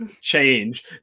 change